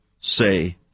say